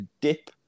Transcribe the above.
dip